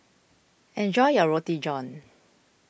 enjoy your Roti John